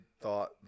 thought